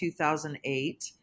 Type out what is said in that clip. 2008